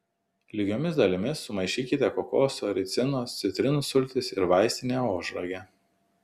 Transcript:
lygiomis dalimis sumaišykite kokoso ricinos citrinų sultis ir vaistinė ožragę